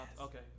Okay